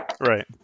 Right